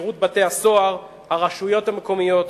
שירות בתי-הסוהר, רשויות מקומיות,